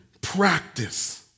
practice